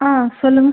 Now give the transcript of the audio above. ஆ சொல்லுங்கள்